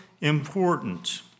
important